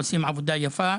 עושים עבודה יפה,